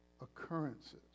occurrences